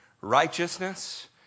righteousness